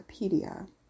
Wikipedia